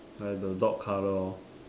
like the dog color hor